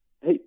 Hey